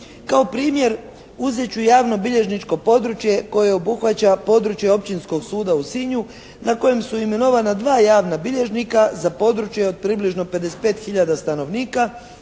Kao primjer uzet ću javnobilježničko područje koje obuhvaća područje Općinskog suda u Sinju na kojem su imenovana dva javna bilježnika za područje od približno 55 hiljada stanovnika